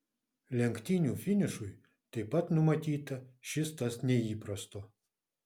lenktynių finišui taip pat numatyta šis tas neįprasto